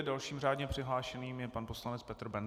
Dalším řádně přihlášeným je pan poslanec Petr Bendl.